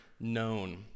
known